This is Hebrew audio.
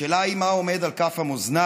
השאלה היא מה עומד על כף המאזניים